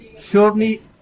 surely